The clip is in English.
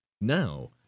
Now